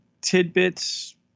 tidbits